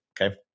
Okay